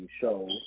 shows